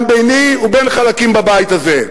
גם ביני ובין חלקים בבית הזה.